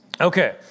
Okay